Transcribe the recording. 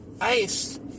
ice